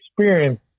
experience